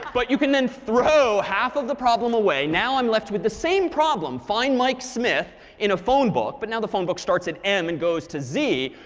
but you can then throw half of the problem away. now, i'm left with the same problem find mike smith in a phone book but now the phone book starts at m and goes to z,